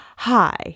Hi